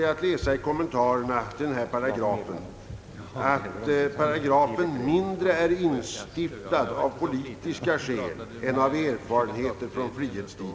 Man kan slutligen i kommentarerna till denna paragraf läsa att paragrafen mindre är instiftad av politiska skäl än med anledning av erfarenheter från frihetstiden.